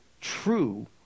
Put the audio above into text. true